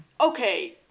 okay